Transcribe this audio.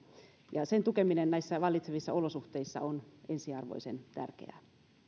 ja sen tukeminen näissä vallitsevissa olosuhteissa on ensiarvoisen tärkeää